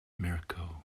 mirco